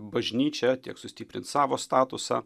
bažnyčią tiek sustiprint savo statusą